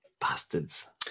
Bastards